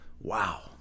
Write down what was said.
Wow